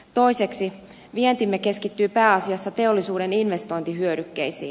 toiseksi vientimme keskittyy pääasiassa teollisuuden investointihyödykkeisiin